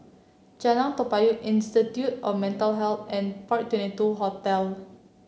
Jalan Toa Payoh Institute of Mental Health and Park Twenty two Hotel